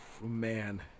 Man